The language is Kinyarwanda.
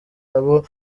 abo